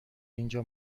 اینجا